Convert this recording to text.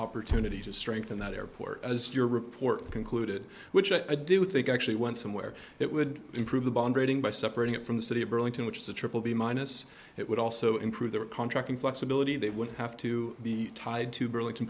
opportunity to strengthen that airport as your report concluded which i do think actually went somewhere it would improve the bond rating by separating it from the city of burlington which is a triple b minus it would also improve their contracting flexibility they would have to be tied to burlin